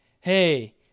hey